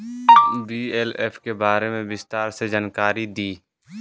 BLF के बारे में विस्तार से जानकारी दी?